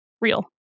real